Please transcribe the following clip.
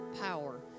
power